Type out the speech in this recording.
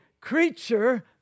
creature